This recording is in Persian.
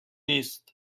نیست